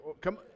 come